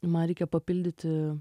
man reikia papildyti